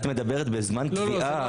את מדברת בזמן תביעה.